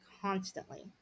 constantly